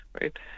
right